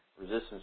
resistance